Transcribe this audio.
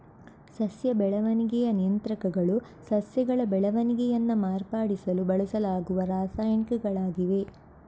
ಸಸ್ಯ ಬೆಳವಣಿಗೆಯ ನಿಯಂತ್ರಕಗಳು ಸಸ್ಯಗಳ ಬೆಳವಣಿಗೆಯನ್ನ ಮಾರ್ಪಡಿಸಲು ಬಳಸಲಾಗುವ ರಾಸಾಯನಿಕಗಳಾಗಿವೆ